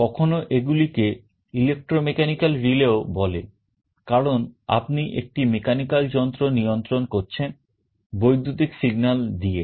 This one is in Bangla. কখনো এগুলিকে electromechanical relayও বলে কারণ আপনি একটি mechanical যন্ত্র নিয়ন্ত্রণ করছেন বৈদ্যুতিক signal দিয়ে